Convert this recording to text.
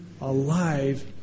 alive